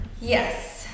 Yes